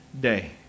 day